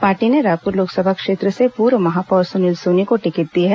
party ने रायपुर लोकसभा क्षेत्र से पूर्व महापौर सुनील सोनी को टिकट दी है